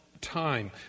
time